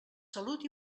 salut